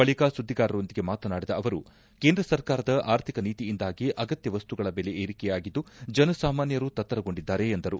ಬಳಿಕ ಸುದ್ದಿಗಾರರೊಂದಿಗೆ ಮಾತನಾಡಿದ ಅವರು ಕೇಂದ್ರ ಸರ್ಕಾರದ ಆರ್ಥಿಕ ನೀತಿಯಿಂದಾಗಿ ಅಗತ್ಕ ವಸ್ತುಗಳ ಬೆಲೆ ಏರಿಕೆಯಾಗಿದ್ದು ಜನಸಾಮಾನ್ಯರು ತತ್ತರಗೊಂಡಿದ್ದಾರೆ ಎಂದರು